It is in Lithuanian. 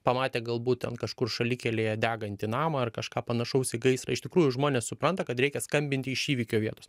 pamatę galbūt ten kažkur šalikelėje degantį namą ar kažką panašaus į gaisrą iš tikrųjų žmonės supranta kad reikia skambinti iš įvykio vietos